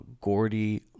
Gordy